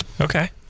Okay